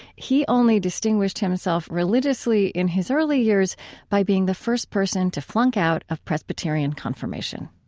he only distinguished himself religiously in his early years by being the first person to flunk out of presbyterian confirmation